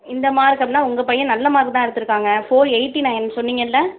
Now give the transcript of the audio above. இந்த மார்க்னால் உங்கள் பையன் நல்ல மார்க் தான் எடுத்திருக்காங்க ஃபோர் எயிட்டி நைன் சொன்னீர்கள்ல